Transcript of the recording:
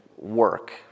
work